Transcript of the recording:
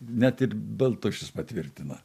net ir baltušis patvirtina